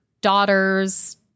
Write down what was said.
daughter's